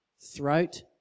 Throat